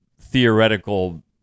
theoretical